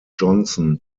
johnson